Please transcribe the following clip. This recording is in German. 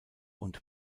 und